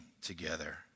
together